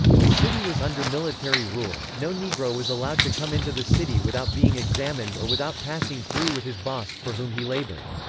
the city was under military rule no negro was allowed to come into the city without being examined or without passing through with his boss, for whom he labored.